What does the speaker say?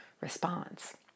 response